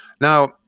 Now